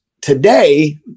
today